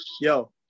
yo